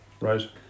Right